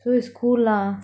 so is cool lah